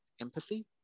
empathy